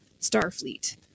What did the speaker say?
Starfleet